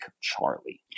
Charlie